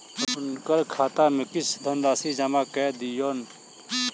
हुनकर खाता में किछ धनराशि जमा कय दियौन